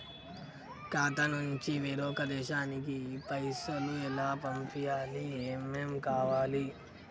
ఖాతా నుంచి వేరొక దేశానికి పైసలు ఎలా పంపియ్యాలి? ఏమేం కావాలి?